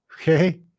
Okay